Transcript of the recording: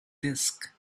disk